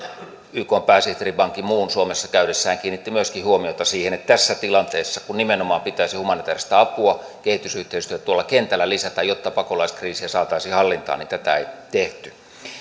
ykn pääsihteeri ban ki moon suomessa käydessään kiinnitti myöskin huomiota siihen että tässä tilanteessa kun nimenomaan pitäisi humanitääristä apua ja kehitysyhteistyötä tuolla kentällä lisätä jotta pakolaiskriisiä saataisiin hallintaan tätä ei tehty